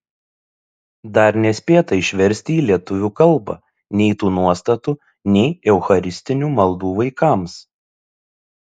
dar nespėta išversti į lietuvių kalbą nei tų nuostatų nei eucharistinių maldų vaikams